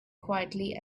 quietly